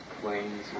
planes